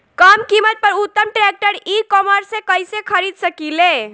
कम कीमत पर उत्तम ट्रैक्टर ई कॉमर्स से कइसे खरीद सकिले?